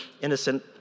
innocent